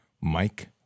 Mike